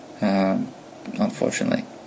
unfortunately